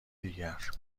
دیگر